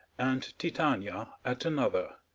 and titania, at another,